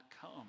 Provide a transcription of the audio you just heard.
come